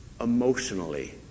emotionally